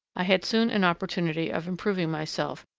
i had soon an opportunity of improving myself,